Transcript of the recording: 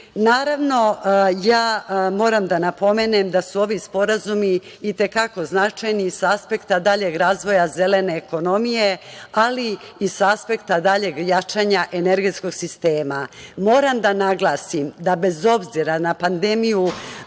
bolesti. Naravno, moram da napomenem da su ovi sporazumi i te kako značajni i sa aspekta daljeg razvoja zelene ekonomije, ali i sa aspekta daljeg jačanja energetskog sistema. Moram da naglasim da bez obzira na pandemiju